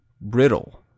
brittle